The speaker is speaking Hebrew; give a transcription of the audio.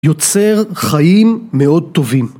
יוצר חיים מאוד טובים.